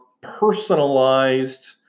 personalized